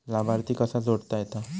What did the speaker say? लाभार्थी कसा जोडता येता?